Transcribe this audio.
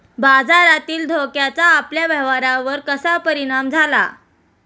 बाजारातील धोक्याचा आपल्या व्यवसायावर कसा परिणाम झाला?